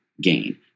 gain